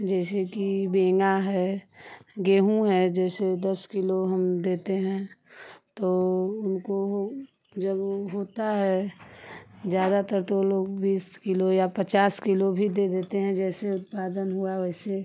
जैसे कि बेंगा है गेहूँ है जैसे दस किलो हम देते हैं तो उनको वो जब वो होता है ज़्यादातर तो वो लोग बीस किलो या पचास किलो भी दे देते हैं जैसे उत्पादन हुआ वैसे